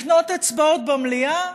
לקנות אצבעות במליאה?